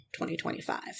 2025